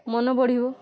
ମନ ବଢ଼ିବ